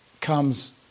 comes